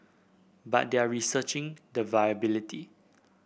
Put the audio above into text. but they are researching the viability